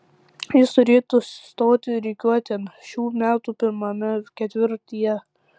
jis turėtų stoti rikiuotėn šių metų pirmame ketvirtyje